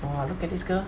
!wah! look at this girl